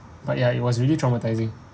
but ya it was really traumatising